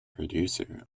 producer